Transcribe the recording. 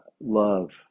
Love